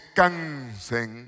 cansen